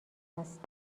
است